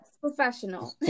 Professional